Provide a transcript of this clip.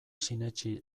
sinetsi